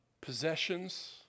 possessions